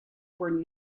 were